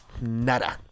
nada